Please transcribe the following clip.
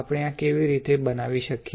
આપણે આ કેવી રીતે બનાવી શકીએ